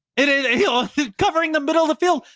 it is a heel covering the middle of the field.